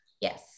Yes